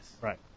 Right